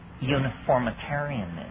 uniformitarianism